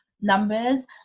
numbers